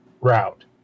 route